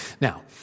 Now